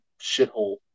shithole